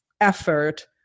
effort